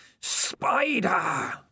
Spider